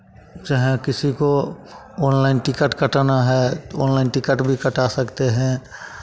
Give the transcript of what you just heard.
चाहे किसी को ऑनलाइन टिकट कटाना है तो ऑनलाइन टिकट भी कटा सकते हैं